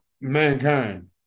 mankind